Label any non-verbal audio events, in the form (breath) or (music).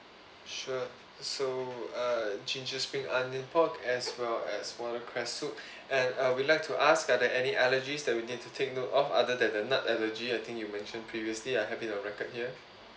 sure so uh ginger spring onion pork as well as watercress soup (breath) and uh we like to ask that uh any other allergies that we need to take note of other than the nut allergy I think you mentioned previously I have it a record here